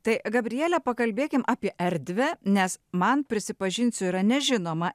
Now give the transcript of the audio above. tai gabrielę pakalbėkime apie erdvę nes man prisipažinsiu yra nežinoma